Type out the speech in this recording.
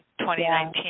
2019